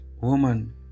Woman